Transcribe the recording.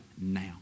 now